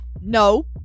No